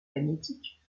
magnétiques